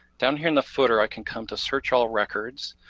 down here in the footer i can come to search all records.